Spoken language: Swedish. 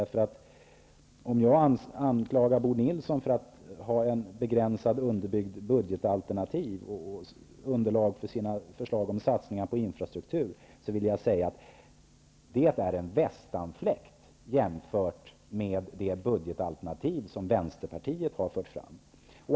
Jag har anklagat Bo Nilsson för att ha ett dåligt underbyggt budgetalternativ och dåligt underlag för sina förslag om satsningar på infrastruktur, men jag vill säga att de anklagelserna är en västanfläkt i jämförelse med de omdömen som jag är beredd att avge om det budgetalternativ som Vänsterpartiet har fört fram.